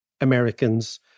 Americans